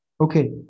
Okay